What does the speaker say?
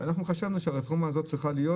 אנחנו חשבנו שהרפורמה הזאת צריכה להיות